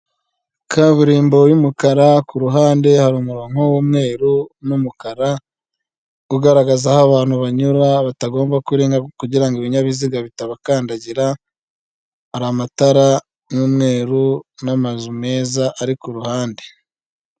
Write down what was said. Kaburimbo y'umukara, ku ruhande hari umurongo w'umweru n'umukara ugaragaza aho abantu banyura batagomba kurenga, kugira ngo ibinyabiziga bitabakandagira, hari amatara y'umweru n'amazu meza ari ku ruhande.